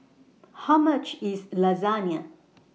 How much IS Lasagna